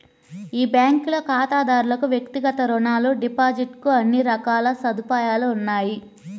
ఈ బ్యాంకులో ఖాతాదారులకు వ్యక్తిగత రుణాలు, డిపాజిట్ కు అన్ని రకాల సదుపాయాలు ఉన్నాయి